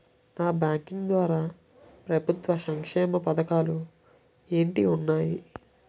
Non banking ద్వారా ప్రభుత్వ సంక్షేమ పథకాలు ఏంటి ఉన్నాయి?